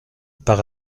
par